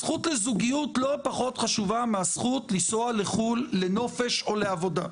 הזכות לזוגיות לא פחות חשובה מהזכות לנסוע לחו"ל לנופש או לעבודה.